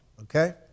okay